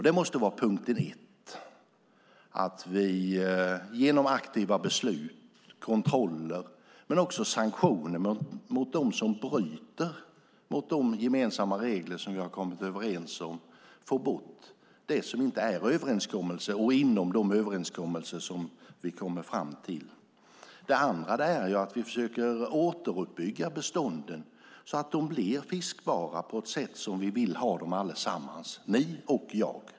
Det måste vara punkt ett att vi genom aktiva beslut, kontroller och också sanktioner mot dem som bryter mot de gemensamma regler vi har kommit överens om får bort det som inte är överenskommelser eller inom de överenskommelser vi kommer fram till. Den andra saken är att vi försöker återuppbygga bestånden så att de blir fiskbara på det sätt vi vill ha dem allesammans - ni och jag.